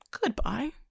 goodbye